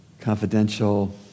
confidential